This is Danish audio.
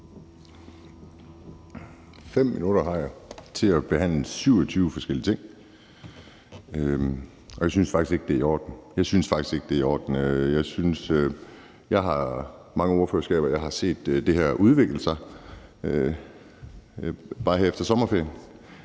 5 minutter har jeg til at behandle 27 forskellige ting, og jeg synes faktisk ikke, det er i orden – jeg synes faktisk ikke, det er i orden. Jeg har mange ordførerskaber, og jeg har set det her udvikle sig, bare her efter sommerferien.